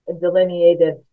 delineated